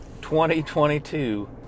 2022